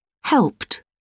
Helped